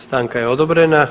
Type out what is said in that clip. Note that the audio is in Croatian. Stanka je odobrena.